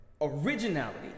Originality